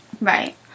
Right